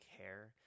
care